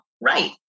right